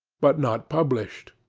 but not published.